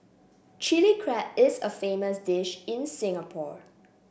Chilli Crab is a famous dish in Singapore